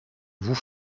vous